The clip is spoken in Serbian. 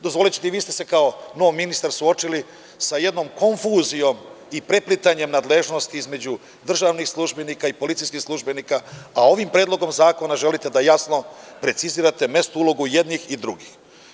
Dozvolićete i vi ste se kao nov ministar suočili sa jednom konfuzijom i preplitanjem nadležnosti između državnih službenika i policijskih službenika, a ovim Predlogom zakona želite da jasno precizirate mesto, ulogu jednih i drugih.